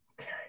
okay